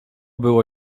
było